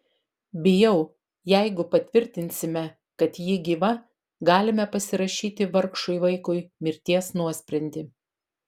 bijau jeigu patvirtinsime kad ji gyva galime pasirašyti vargšui vaikui mirties nuosprendį